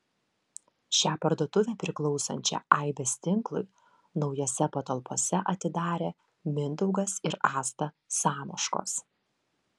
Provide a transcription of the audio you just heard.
šią parduotuvę priklausančią aibės tinklui naujose patalpose atidarė mindaugas ir asta samoškos